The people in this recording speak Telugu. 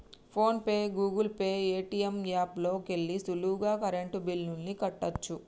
phone pay, Google Pay, Paytm app లోకెల్లి సులువుగా కరెంటు బిల్లుల్ని కట్టచ్చు